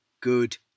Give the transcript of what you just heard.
good